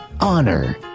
honor